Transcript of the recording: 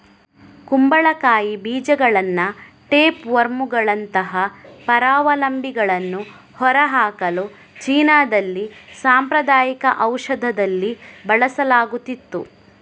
ಕುಂಬಳಕಾಯಿ ಬೀಜಗಳನ್ನ ಟೇಪ್ ವರ್ಮುಗಳಂತಹ ಪರಾವಲಂಬಿಗಳನ್ನು ಹೊರಹಾಕಲು ಚೀನಾದಲ್ಲಿ ಸಾಂಪ್ರದಾಯಿಕ ಔಷಧದಲ್ಲಿ ಬಳಸಲಾಗುತ್ತಿತ್ತು